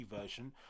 version